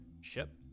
ship